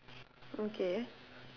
okay